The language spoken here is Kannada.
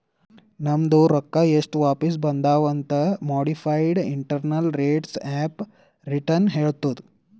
ನಮ್ದು ರೊಕ್ಕಾ ಎಸ್ಟ್ ವಾಪಿಸ್ ಬಂದಾವ್ ಅಂತ್ modified internal rates of return ಹೇಳತ್ತುದ್